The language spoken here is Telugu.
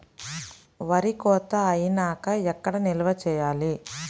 వరి కోత అయినాక ఎక్కడ నిల్వ చేయాలి?